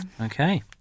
Okay